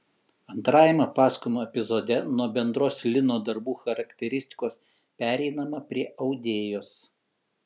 antrame pasakojimo epizode nuo bendros lino darbų charakteristikos pereinama prie audėjos